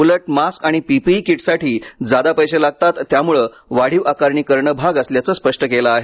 उलट मास्क आणि पीपीई किटसाठी जादा पैसे लागतात त्यामुळं वाढीव आकारणी करणे भाग असल्याचं स्पष्ट केलं आहे